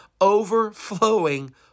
overflowing